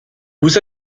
vous